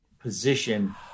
position